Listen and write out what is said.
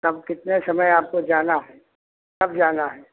अब कितने समय आपको जाना है कब जाना है